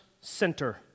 center